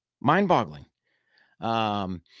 Mind-boggling